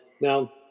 Now